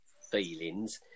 feelings